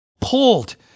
pulled